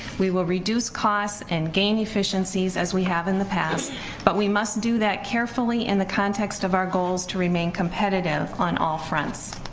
we will reduce costs and gain efficiencies as we have in the past but we must do that carefully in the context of our goals to remain competitive on all fronts